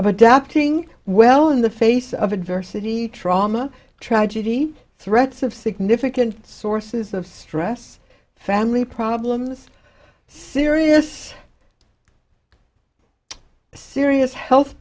adapting well in the face of adversity trauma tragedy threats of significant sources of stress family problems serious serious health